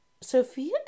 Sophia